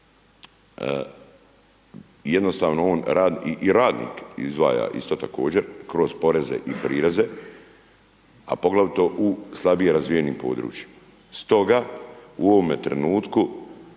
jednostavno i radnik izdaja isto također kroz poreze i prireze, a poglavito u slabije razvijenim područjima.